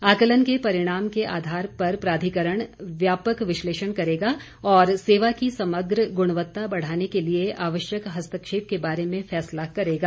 आकलन के परिणाम के आधार पर प्राधिकरण व्यापक विशलेषण करेगा और सेवा की समग्र गुणवत्ता बढ़ाने के लिए आवश्यक हस्तक्षेप के बारे में फैसला करेगा